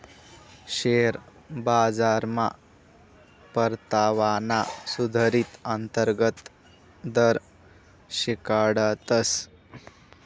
share बाजारमा परतावाना सुधारीत अंतर्गत दर शिकाडतस